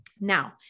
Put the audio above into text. Now